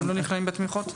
הם לא נכללים בתמיכות?